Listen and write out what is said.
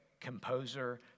composer